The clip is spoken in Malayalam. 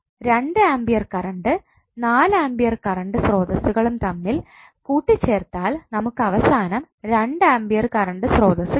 രണ്ട് ആംപിയർ കറണ്ട് 4 ആംപിയർ കറണ്ട് സ്രോതസ്സുകളും തമ്മിൽ കൂട്ടി ചേർത്താൽ നമുക്ക് അവസാനം 2 ആംപിയർ കറണ്ട് സ്രോതസ്സ് കിട്ടും